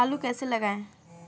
आलू कैसे लगाएँ?